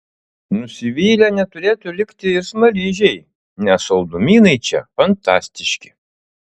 nusivylę neturėtų likti ir smaližiai nes saldumynai čia fantastiški